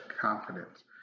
confidence